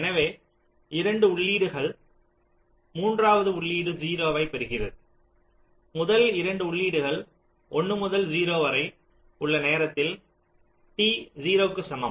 எனவே இரண்டு உள்ளீடுகள் மூன்றாவது உள்ளீடு 0 ஐப் பெறுகிறது முதல் 2 உள்ளீடுகள் 1 முதல் 0 வரை உள்ள நேரத்தில் t 0 க்கு சமம்